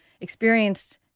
experienced